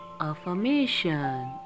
affirmation